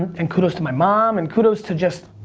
and kudos to my mom, and kudos to just,